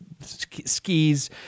skis